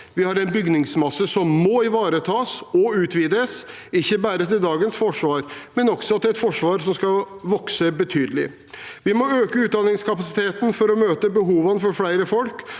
Forsvaret og andre saker må ivaretas og utvides, ikke bare til dagens forsvar, men til et forsvar som skal vokse betydelig. Vi må øke utdanningskapasiteten for å møte behovet for flere folk,